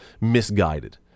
misguided